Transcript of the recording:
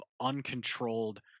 uncontrolled